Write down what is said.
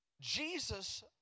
Jesus